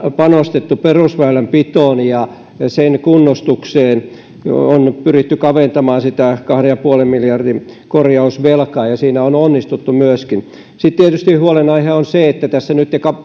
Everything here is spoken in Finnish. panostettu perusväylänpitoon ja sen kunnostukseen on pyritty kaventamaan sitä kahden pilkku viiden miljardin korjausvelkaa ja siinä on myöskin onnistuttu sitten tietysti huolenaihe on se että tässä nyt